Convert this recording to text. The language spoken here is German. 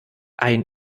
ein